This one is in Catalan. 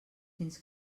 fins